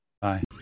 Bye